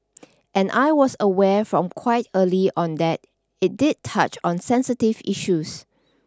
and I was aware from quite early on that it did touch on sensitive issues